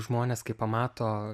žmonės kai pamato